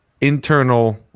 internal